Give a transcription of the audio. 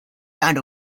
found